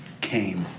came